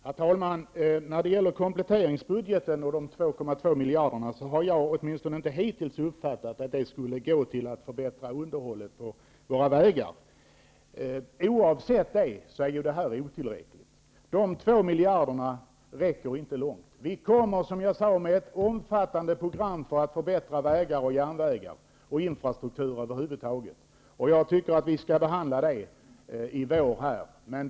Herr talman! När det gäller kompletteringsbudgeten och de 2,2 miljarderna har jag åtminstone inte hittills uppfattat att de skulle gå till att förbättra underhållet av våra vägar. Oavsett det är summan otillräcklig. De 2 miljarderna räcker inte långt. Vi kommer, som jag sade, med ett omfattande program för att förbättra vägar och järnvägar samt infrastrukturen över huvud taget. Jag tycker att vi skall behandla det programmet i vår.